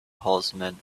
horseman